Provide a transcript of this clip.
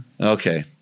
Okay